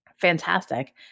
Fantastic